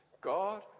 God